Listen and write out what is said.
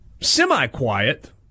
semi-quiet